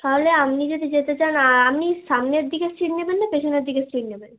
তাহলে আপনি যদি যেতে চান আর আপনি সামনের দিকের সিট নেবেন না পেছনের দিকের সিট নেবেন